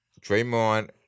Draymond